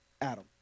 Adam